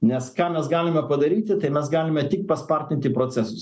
nes ką mes galime padaryti tai mes galime tik paspartinti procesus